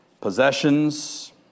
Possessions